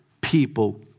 people